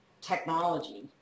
technology